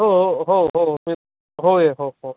हो हो हो हो होय हो हो